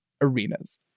arenas